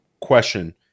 question